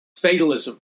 fatalism